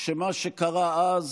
שמה שקרה אז